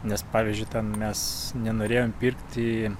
nes pavyzdžiui ten mes nenorėjom pirkti